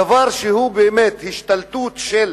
דבר שהוא באמת השתלטות של